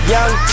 Young